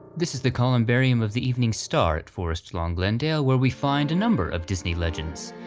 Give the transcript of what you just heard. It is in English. this is the columbarium of the evening star at forest lawn glendale, where we find a number of disney legends.